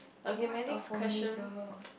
what a homely girl